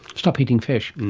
stop eating fish?